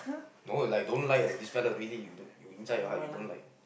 no like don't like this fella really you inside your heart you don't like